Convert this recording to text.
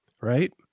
right